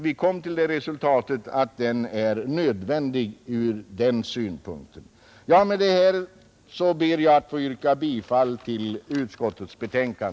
Vi kom till resultatet att en spärregel är nödvändig ur den synpunkten. Med det här, herr talman, ber jag att få yrka bifall till utskottets hemställan.